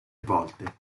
volte